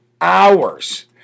hours